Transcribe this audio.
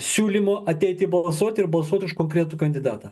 siūlymo ateiti balsuot ir balsuot už konkretų kandidatą